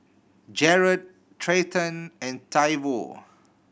Jarred Treyton and Toivo